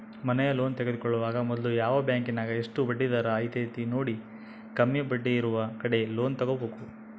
ಮನೆಯ ಲೋನ್ ತೆಗೆದುಕೊಳ್ಳುವಾಗ ಮೊದ್ಲು ಯಾವ ಬ್ಯಾಂಕಿನಗ ಎಷ್ಟು ಬಡ್ಡಿದರ ಐತೆಂತ ನೋಡಿ, ಕಮ್ಮಿ ಬಡ್ಡಿಯಿರುವ ಕಡೆ ಲೋನ್ ತಗೊಬೇಕು